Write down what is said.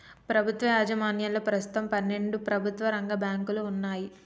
ప్రభుత్వ యాజమాన్యంలో ప్రస్తుతం పన్నెండు ప్రభుత్వ రంగ బ్యాంకులు వున్నయ్